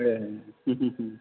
ए हो हो हो